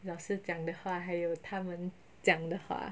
老师讲的话还有他们讲的话